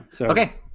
Okay